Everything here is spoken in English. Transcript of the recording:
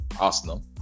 Arsenal